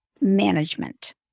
management